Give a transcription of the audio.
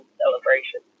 celebration